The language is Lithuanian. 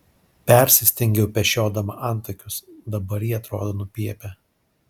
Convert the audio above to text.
persistengiau pešiodama antakius dabar jie atrodo nupiepę